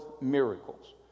miracles